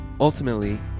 ultimately